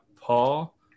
Paul